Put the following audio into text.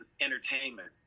entertainment